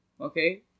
Okay